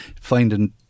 finding